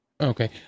Okay